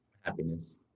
Happiness